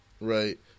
Right